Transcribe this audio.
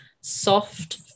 soft